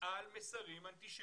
על מסרים אנטישמיים,